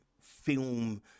film